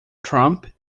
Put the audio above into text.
trump